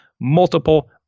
multiple